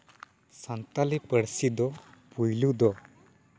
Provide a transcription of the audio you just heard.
ᱥᱟᱱᱛᱟᱞᱤ ᱯᱟᱹᱨᱥᱤ ᱫᱚ ᱯᱩᱭᱞᱩ ᱫᱚ